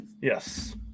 Yes